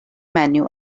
menu